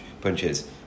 punches